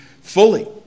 Fully